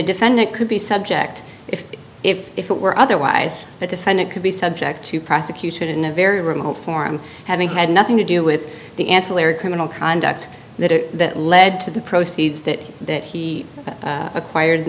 a defendant could be subject if if it were otherwise the defendant could be subject to prosecution in a very remote form having had nothing to do with the ancillary criminal conduct that led to the proceeds that that he acquired and